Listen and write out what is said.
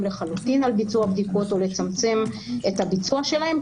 לחלוטין על ביצוע בדיקות או לצמצם את הביצוע שלהן,